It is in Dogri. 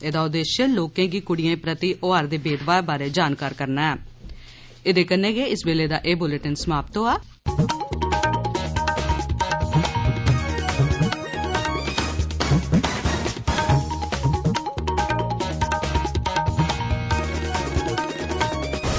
एहदा उद्देश्य लोकें गी कुडियें प्रति होआ'रदे भेदभाव बारै जानकार करना हा